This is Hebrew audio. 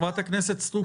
חברת הכנסת סטרוק,